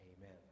amen